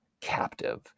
captive